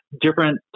different